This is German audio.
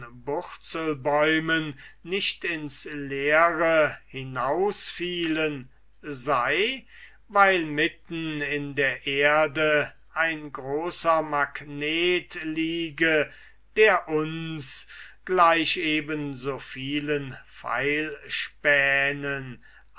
nicht ins leere hinausfallen sei weil mitten in der erde ein großer magnet liege der uns gleich eben so viel